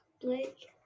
Blake